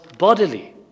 Bodily